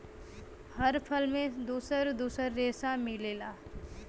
हर फल में दुसर दुसर रेसा मिलेला